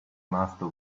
master